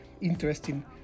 interesting